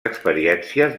experiències